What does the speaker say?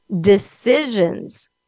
decisions